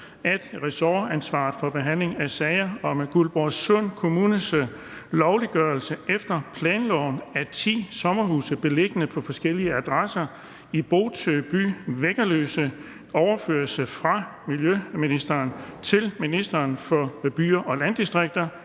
at ressortansvaret for behandling af sager om Guldborgsund Kommunes lovliggørelse efter planloven af 10 sommerhuse beliggende på forskellige adresser i Bøtø By, Væggerløse, overføres fra miljøministeren til ministeren for byer og landdistrikter,